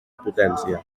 potència